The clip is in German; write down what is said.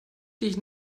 dich